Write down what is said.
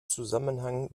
zusammenhang